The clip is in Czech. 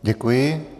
Děkuji.